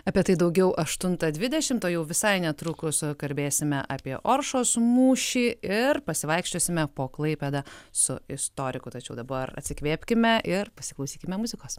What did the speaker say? apie tai daugiau aštuntą dvidešimt o jau visai netrukus kalbėsime apie oršos mūšį ir pasivaikščiosime po klaipėdą su istoriku tačiau dabar atsikvėpkime ir pasiklausykime muzikos